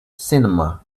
cinema